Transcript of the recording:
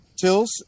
Tills